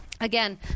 Again